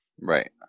Right